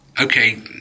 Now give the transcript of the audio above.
okay